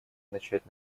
начать